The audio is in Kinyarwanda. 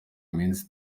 iminsi